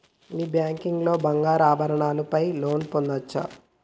మీ bank లో బంగారు ఆభరణాల పై లోన్ పొందచ్చా?